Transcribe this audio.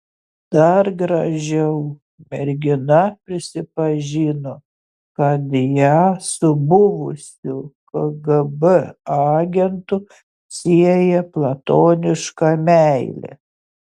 dar gražiau mergina prisipažino kad ją su buvusiu kgb agentu sieja platoniška meilė